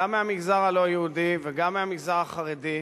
גם מהמגזר הלא-יהודי וגם מהמגזר החרדי,